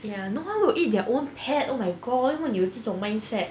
ya no one will eat their own pet oh my god 为什么你有这种 mindset